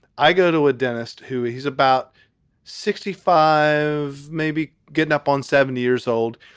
i go to a dentist who he's about sixty five, maybe getting up on seven years old.